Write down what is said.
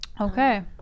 Okay